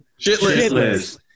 shitless